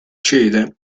cede